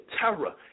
terror